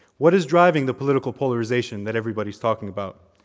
what is driving the political polarization that everybody is talking about,